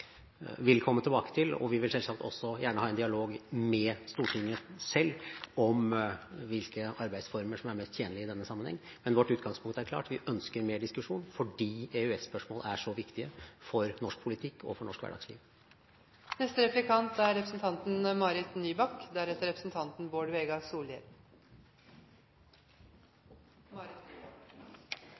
vil komme tilbake til, og vi vil selvsagt også gjerne ha en dialog med Stortinget selv om hvilke arbeidsformer som er mest tjenlige i denne sammenheng. Men vårt utgangspunkt er klart: Vi ønsker mer diskusjon fordi EØS-spørsmål er så viktige for norsk politikk og for norsk